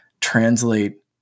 translate